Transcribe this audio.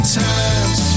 times